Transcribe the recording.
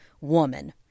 Woman